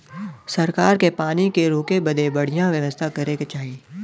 सरकार के पानी के रोके बदे बढ़िया व्यवस्था करे के चाही